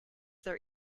their